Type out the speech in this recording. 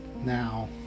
now